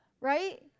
right